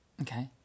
okay